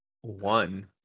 one